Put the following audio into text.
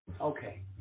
Okay